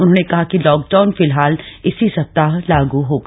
उन्होंने कहा कि लॉकडाउन फिलहाल इसी सप्ताह लागू होगा